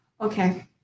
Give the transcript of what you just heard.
okay